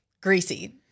Greasy